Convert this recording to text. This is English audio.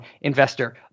investor